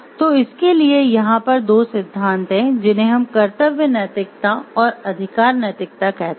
तो इसके लिए यहाँ पर दो सिद्धांत हैं जिन्हें हम कर्तव्य नैतिकता और अधिकार नैतिकता कहते हैं